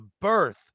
birth